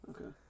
Okay